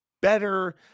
better